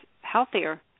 healthier